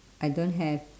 I don't have